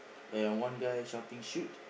and one guy shouting shoot